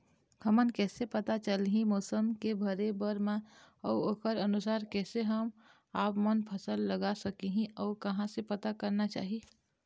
हमन कैसे पता चलही मौसम के भरे बर मा अउ ओकर अनुसार कैसे हम आपमन फसल लगा सकही अउ कहां से पता करना चाही?